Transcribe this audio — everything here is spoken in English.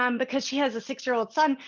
um because she has a six-year-old son,